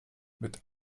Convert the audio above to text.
mit